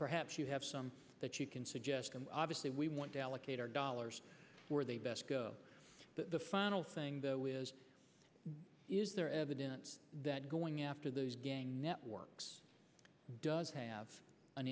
perhaps you have some that you can suggest obviously we want to allocate our dollars for the best the final thing though is is there evidence that going after the gang networks does have an